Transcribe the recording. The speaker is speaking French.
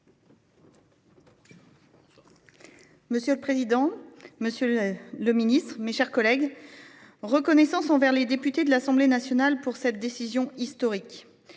Monsieur le président, Monsieur le Ministre, mes chers collègues. Reconnaissance envers les députés de l'Assemblée nationale pour cette décision historique.